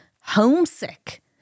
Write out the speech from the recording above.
homesick